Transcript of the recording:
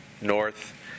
north